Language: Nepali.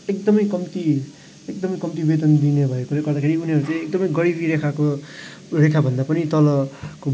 एकदमै कम्ती एकदमै कम्ती वेतन दिने भएकोले गर्दाखेरि उनीहरू चाहिँ एकदमै गरिबी रेखाको रेखाभन्दा पनि तलको